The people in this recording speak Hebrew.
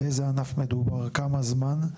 לאיזה ענף מדובר, לכמה זמן.